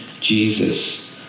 Jesus